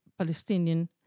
Palestinian